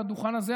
על הדוכן הזה,